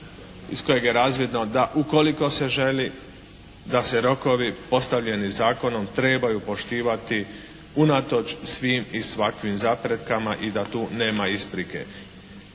iz kojeg je razvidno da ukoliko se želi da se rokovi postavljeni zakonom trebaju poštivati unatoč svim i svakakvim zaprekama i da tu nema isprike.